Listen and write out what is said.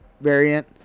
variant